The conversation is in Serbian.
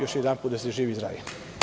Još jedanput, da ste živi i zdravi.